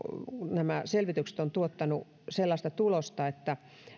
nämä selvitykset ovat tuottaneet sellaista tulosta että